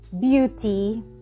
beauty